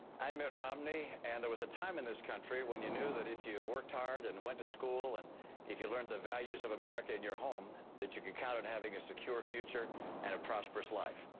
i'm mitt romney. and there was a time in this country when you knew that if you worked hard and went to school, and if you learned the values of america in your home, that you could count on having a secure future and a prosperous life.